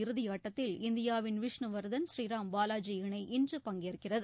இறுதியாட்டத்தில் இந்தியாவின் விஷ்ணு வர்தன் ஸ்ரீராம் பாவாஜி இணை இன்று பங்கேற்கிறது